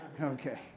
Okay